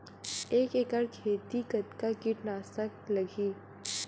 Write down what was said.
एक एकड़ खेती कतका किट नाशक लगही?